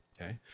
okay